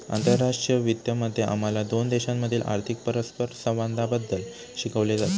आंतरराष्ट्रीय वित्त मध्ये आम्हाला दोन देशांमधील आर्थिक परस्परसंवादाबद्दल शिकवले जाते